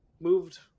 moved